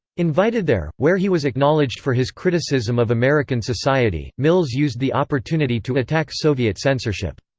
invited there, where he was acknowledged for his criticism of american society, mills used the opportunity to attack soviet censorship.